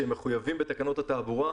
שהם מחויבים בתקנות התעבורה,